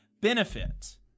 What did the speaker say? benefit